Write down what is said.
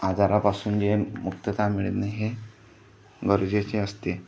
आजारापासून जे मुक्तता मिळत नाही हे गरजेचे असते